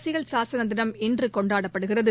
அரசியல் சாசன தினம் இன்று கொண்டாடப்படுகிறது